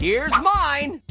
here's mine.